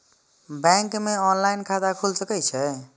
Bank में online खाता खुल सके छे?